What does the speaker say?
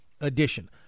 edition